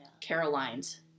Caroline's